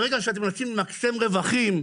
ברגע שאתם רוצים למקסם רווחים,